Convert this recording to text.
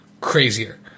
crazier